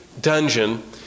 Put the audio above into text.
dungeon